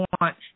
want